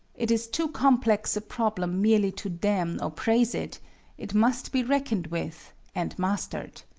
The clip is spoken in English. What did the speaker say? it is too complex a problem merely to damn or praise it it must be reckoned with, and mastered.